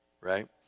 right